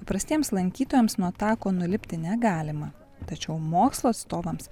įprastiems lankytojams nuo tako nulipti negalima tačiau mokslo atstovams